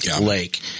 lake